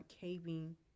caving